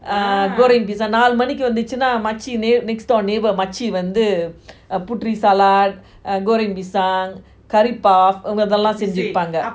uh goreng pisang நாலு மணிகி வந்து:naalu maniki vanthu makcik next door neighbour makcik வந்து:vanthu salad uh goreng pisang curry puff அவங்க அதுலாம் செஞ்சி வைப்பாங்க:avanga athulam senji vipanga